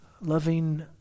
Loving